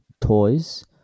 toys